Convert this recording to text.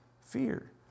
fear